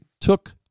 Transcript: took